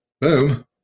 Boom